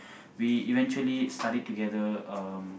we eventually studied together um